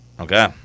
Okay